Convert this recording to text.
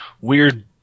weird